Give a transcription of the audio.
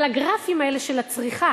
אבל הגרפים האלה של הצריכה,